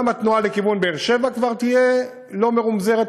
גם התנועה לכיוון באר-שבע כבר תהיה לא מרומזרת,